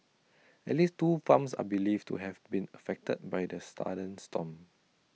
at least two farms are believed to have been affected by the sudden storm